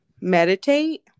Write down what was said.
meditate